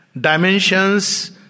dimensions